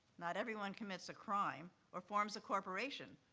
not everyone commits a crime or forms a corporation.